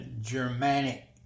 Germanic